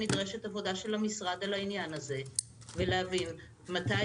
נדרשת עבודה של המשרד על העניין הזה ולהבין מתי